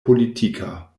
politika